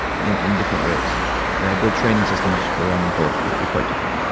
in in different ways. and i'd build training systems around them both that would be quite different.